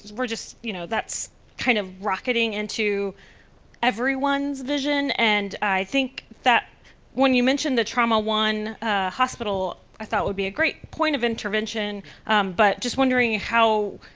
we're just, you know that's kind of rocketing into everyone's vision. and i think that when you mentioned the trauma one hospital, i thought it would be a great point of intervention but just wondering how,